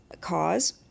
cause